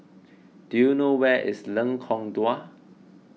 do you know where is Lengkong Dua